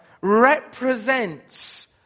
represents